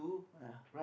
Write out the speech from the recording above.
!aiya!